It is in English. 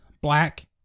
black